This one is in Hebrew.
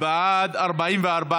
האזרחות והכניסה לישראל (הוראת שעה) (הארכת תוקף החוק),